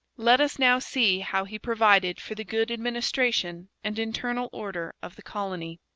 let us now see how he provided for the good administration and internal order of the colony.